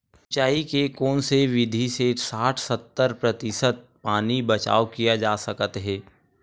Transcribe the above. सिंचाई के कोन से विधि से साठ सत्तर प्रतिशत पानी बचाव किया जा सकत हे?